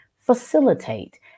facilitate